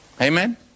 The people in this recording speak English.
Amen